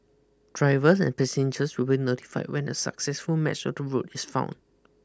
drivers and passengers will be notify when a successful match of the route is found